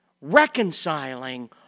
reconciling